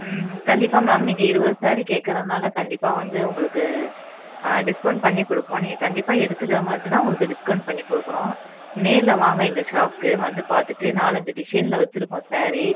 ம் கண்டிப்பாக மேம் நீங்கள் இருபது ஸாரி கேட்கறதுனால கண்டிப்பாக வந்து உங்களுக்கு டிஸ்கௌண்ட் பண்ணிக் கொடுப்போம் நீங்கள் கண்டிப்பாக எடுத்துக்கறதை மாதிரினால் உங்களுக்கு டிஸ்கௌண்ட் பண்ணிக் கொடுக்குறோம் நேரில் வாங்க எங்கள் ஷாப்க்கு வந்து பார்த்துட்டு நாலஞ்சு டிஸைனில் வெச்சுருக்கோம் ஸாரி